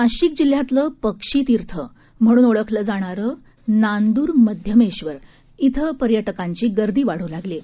नाशिक जिल्ह्यातलं पक्षीतीर्थ म्हणून ओळखलं जाणारं नांदूरमध्यमेश्वर इथे पर्यटकांची गर्दी वाढू लागली आहे